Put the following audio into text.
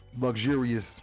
luxurious